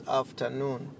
afternoon